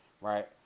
right